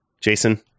jason